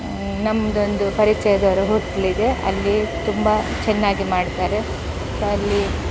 ನಮ್ಮದೊಂದು ಪರಿಚಯದವರ ಹೊಟ್ಲಿದೆ ಅಲ್ಲಿ ತುಂಬ ಚೆನ್ನಾಗಿ ಮಾಡ್ತಾರೆ ಸೊ ಅಲ್ಲಿ